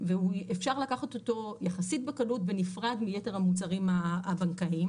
ואפשר לקחת אותו יחסית בקלות בנפרד מיתר המוצרים הבנקאיים